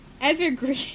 Evergreen